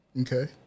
Okay